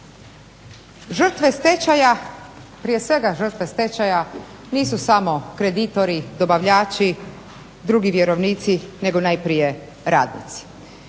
Žrtve stečaja prije svega žrtve stečaja nisu samo kreditori, dobavljači, drugi vjerovnici nego najprije radnici.